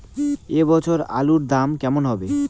এ বছর আলুর দাম কেমন হবে?